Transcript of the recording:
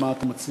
מה אתה מציע?